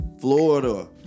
Florida